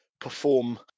perform